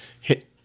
hit